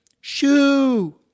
Shoo